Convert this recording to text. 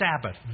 Sabbath